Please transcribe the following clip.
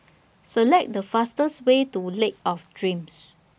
Select The fastest Way to Lake of Dreams